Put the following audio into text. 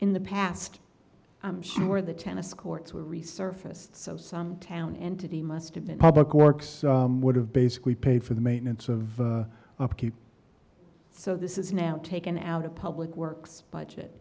in the past i'm sure the tennis courts were resurfaced so some town entity must have been public works would have basically paid for the maintenance of upkeep so this is now taken out of public works budget